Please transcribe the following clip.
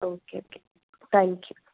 okay okay thank you